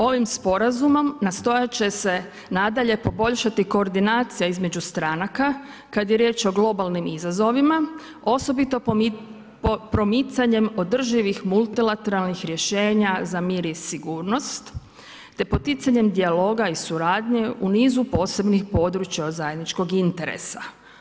Ovim sporazumom nastojat će se nadalje poboljšati koordinacija između stranaka kada je riječ o globalnim izazovima osobito promicanjem održivih multilateralnih rješenja za mir i sigurnost te poticanjem dijaloga i suradnje u nizu posebnih područja od zajedničkog interesa.